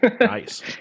nice